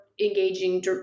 engaging